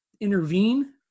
intervene